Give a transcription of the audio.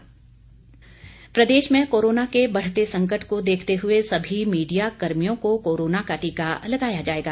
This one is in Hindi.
मुख्यमंत्री प्रदेश में कोरोना के बढ़ते संकट को देखते हुए सभी मीडिया कर्मियों को कोरोना का टीका लगाया जायेगा